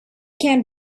can